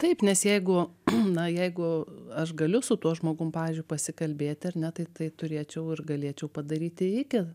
taip nes jeigu na jeigu aš galiu su tuo žmogum pavyzdžiui pasikalbėti ar ne tai tai turėčiau ir galėčiau padaryti iki